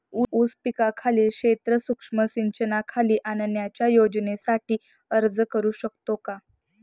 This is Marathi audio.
ऊस पिकाखालील क्षेत्र सूक्ष्म सिंचनाखाली आणण्याच्या योजनेसाठी अर्ज करू शकतो का?